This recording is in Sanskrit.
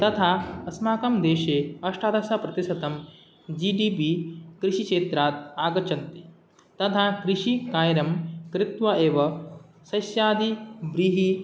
तथा अस्माकं देशे अष्टादशप्रतिशतं जि टि बि कृषिक्षेत्रात् आगच्छन्ति तथा कृषिकार्यं कृत्वा एव सस्यादि व्रीहिः